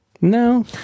no